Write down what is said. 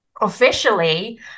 officially